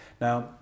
Now